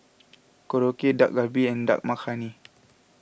Korokke Dak Galbi and Dal Makhani